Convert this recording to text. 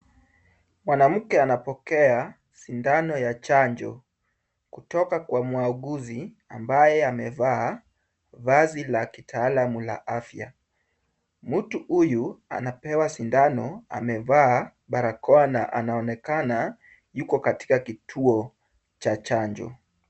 Mwanamke anapokea sindano ya chanjo kutoka kwa muuguzi ambaye amevaa vazi la kitaalamu la afya. Mtu huyu anapewa sindano amevaa barakoa na anaonekana yuko katika kituo cha chanjo.